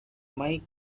mike